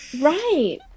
right